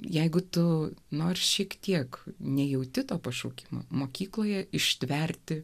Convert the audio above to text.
jeigu tu nors šiek tiek nejauti to pašaukimo mokykloje ištverti